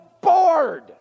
bored